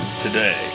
today